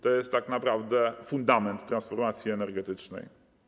To jest tak naprawdę fundament transformacji energetycznej.